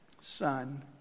Son